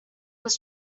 was